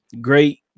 Great